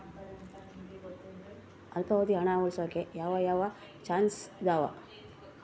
ಅಲ್ಪಾವಧಿ ಹಣ ಉಳಿಸೋಕೆ ಯಾವ ಯಾವ ಚಾಯ್ಸ್ ಇದಾವ?